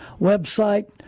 website